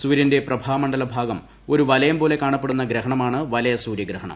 സൂര്യന്റെ പ്രഭാമണ്ഡല ഭാഗം ഒരു വലയം പോലെ കാണപ്പെടുന്ന ഗ്രഹണമാണ് വലയ സൂര്യഗ്രഹണം